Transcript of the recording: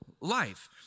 life